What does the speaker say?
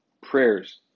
Prayers